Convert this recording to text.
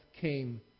came